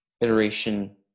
iteration